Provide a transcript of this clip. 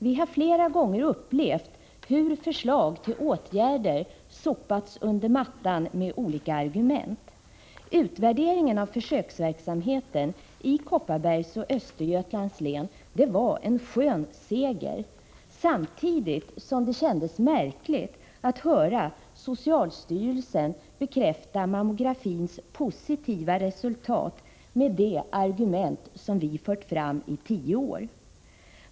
Vi har flera gånger upplevt hur förslag till åtgärder har sopats under mattan med olika argument. Utvärderingen av försöksverksamheten i Kopparbergs och Östergötlands län var en skön seger, samtidigt som det kändes märkligt att höra socialstyrelsen bekräfta mammografins positiva resultat med de argument som vi fört fram i tio år.